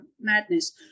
madness